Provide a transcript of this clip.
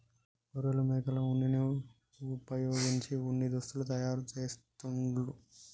గొర్రెలు మేకల ఉన్నిని వుపయోగించి ఉన్ని దుస్తులు తయారు చేస్తాండ్లు